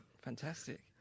Fantastic